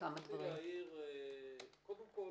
קודם כל,